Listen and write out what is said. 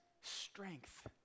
strength